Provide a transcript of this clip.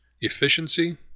efficiency